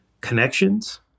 connections